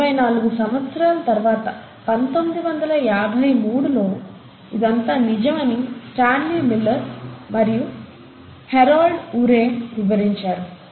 24 సంవత్సరాల తరువాత 1953 లో ఇదంతా నిజం అని స్టాన్లీ మిల్లర్ మరియు హారొల్ద్ ఉరేయ్ వివరించారు